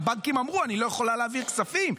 הבנקים: אמרו אנחנו לא יכולים להעביר כספים,